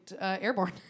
Airborne